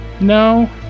No